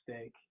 steak